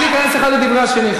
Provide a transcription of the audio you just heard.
בלי להיכנס אחד לדברי השני,